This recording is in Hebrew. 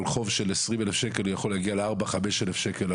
על חוב של 20 אלף שקל הוא יכול להגיע לעלויות גבייה של 5,000-4,000 שקל.